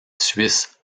suisse